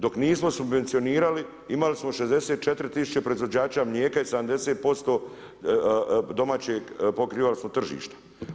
Dok nismo subvencionirali, imali smo 64 000 proizvođača mlijeka i 70% domaćeg pokrivali smo tržišta.